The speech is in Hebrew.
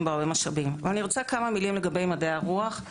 גבוהה פרסם דוח מקיף על המצב של מדעי הרוח.